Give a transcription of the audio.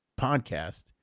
podcast